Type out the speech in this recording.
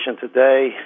today